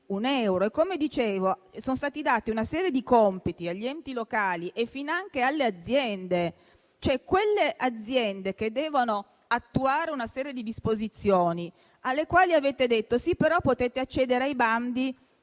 Come dicevo, sono stati dati una serie di compiti agli enti locali e finanche alle aziende, quelle aziende che devono attuare una serie di disposizioni e alle quali avete detto: potete accedere ai bandi